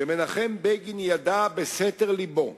שמנחם בגין ידע בסתר לבו,